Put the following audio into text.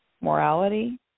morality